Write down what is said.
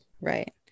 Right